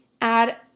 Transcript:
add